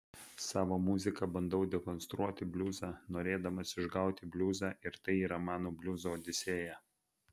savo muzika bandau dekonstruoti bliuzą norėdamas išgauti bliuzą ir tai yra mano bliuzo odisėja